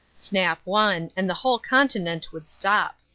snap one, and the whole continent would stop.